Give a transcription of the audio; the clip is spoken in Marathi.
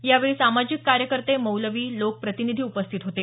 यावेळी सामाजिक कार्यकर्ते मौलवी लोक प्रतिनिधी उपस्थित होते